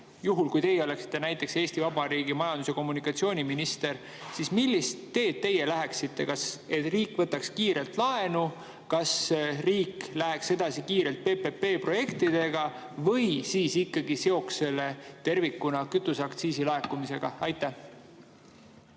juhul kui teie oleksite näiteks Eesti Vabariigi majandus‑ ja [taristu]minister, siis millist teed teie läheksite? Kas riik võtaks kiirelt laenu, kas riik läheks kiirelt edasi PPP‑projektidega või siis ikkagi seoks selle tervikuna kütuseaktsiisi laekumisega? Aitäh!